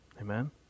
Amen